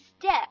step